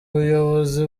bayobozi